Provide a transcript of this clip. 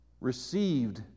Received